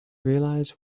realize